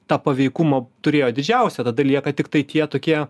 tą paveikumą turėjo didžiausią tada lieka tiktai tie tokie